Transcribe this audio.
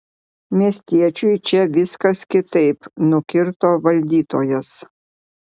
miestiečiui čia viskas kitaip nukirto valdytojas